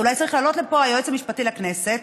אולי צריך לעלות לפה היועץ המשפטי לכנסת